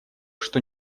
что